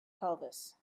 pelvis